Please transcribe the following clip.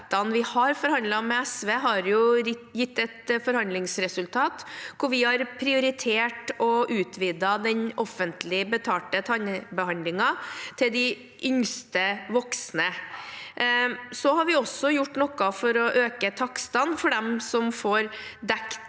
vi har forhandlet med SV, har gitt et forhandlingsresultat hvor vi har prioritert å utvide den offentlig betalte tannbehandlingen til de yngste voksne. Vi har også gjort noe for å øke takstene for dem som får dekket